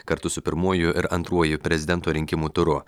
kartu su pirmuoju ir antruoju prezidento rinkimų turu